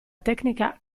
tecnica